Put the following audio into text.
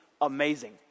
amazing